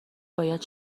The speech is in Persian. باید